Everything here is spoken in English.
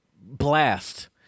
blast